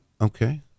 Okay